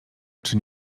czy